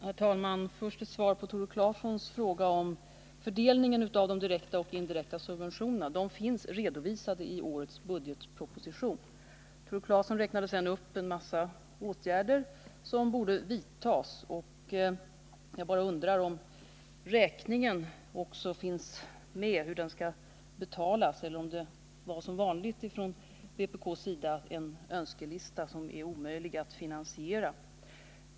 Herr talman! Först ett svar på Tore Claesons fråga om fördelningen av de direkta och indirekta subventionerna: dessa finns redovisade i årets budgetproposition. Tore Claeson räknade vidare upp en del åtgärder som borde vidtas, och jag undrar bara om det också finns med någon anvisning om hur dessa skall betalas eller om det som vanligt från vpk:s sida bara är en önskelista, som är omöjlig att finansiera.